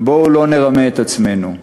ובואו לא נרמה את עצמנו.